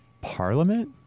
Parliament